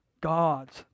God's